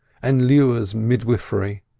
and lewer's midwifery,